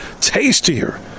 tastier